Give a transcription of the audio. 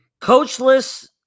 coachless